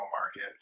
market